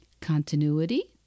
continuity